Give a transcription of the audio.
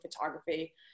photography